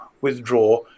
withdraw